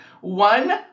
one